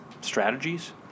strategies